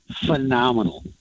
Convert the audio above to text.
phenomenal